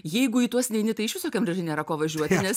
jeigu į tuos neini tai iš viso į kembridžą nėra ko važiuoti nes